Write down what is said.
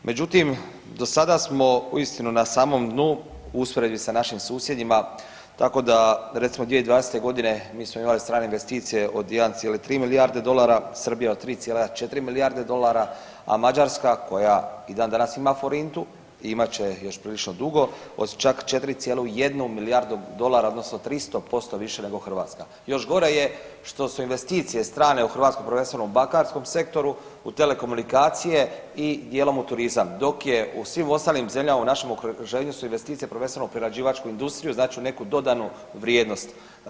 Međutim, do sada smo uistinu na samom dnu u usporedbi sa našim susjedima tako da recimo 2020. godine mi smo imali strane investicije od 1,3 milijarde dolara, Srbija od 3,4 milijarde dolara, a Mađarska koja i dan danas ima forintu i imat će još prilično dugo od 4,1 milijardu dolara odnosno 300% više nego Hrvatska još gore je što su investicije strane u Hrvatskoj prvenstveno u bankarskom sektoru, u telekomunikacije i dijelom u turizam, dok je u svim ostalim zemljama u našem okruženju su investicije prvenstveno u prerađivačku industriju znači u neku dodanu vrijednost.